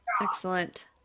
excellent